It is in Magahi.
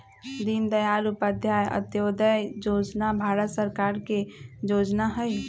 दीनदयाल उपाध्याय अंत्योदय जोजना भारत सरकार के जोजना हइ